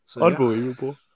Unbelievable